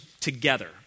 together